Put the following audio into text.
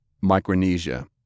Micronesia